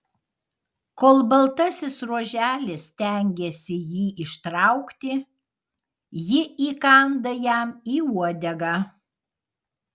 kol baltasis ruoželis stengiasi jį ištraukti ji įkanda jam į uodegą